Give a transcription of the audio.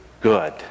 good